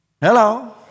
Hello